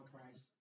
Christ